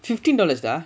fifteen dollars ah